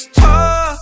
talk